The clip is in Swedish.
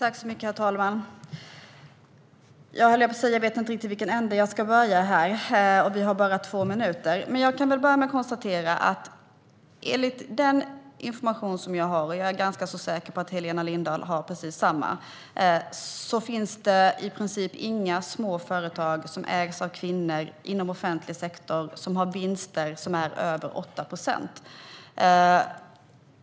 Herr talman! Jag vet inte riktigt i vilken ände jag ska börja, och jag har bara två minuter. Jag börjar med att konstatera att enligt den information jag har - och jag är säker på att Helena Lindahl har precis samma - finns i princip inga små företag som ägs av kvinnor inom offentlig sektor som har vinster som är över 8 procent.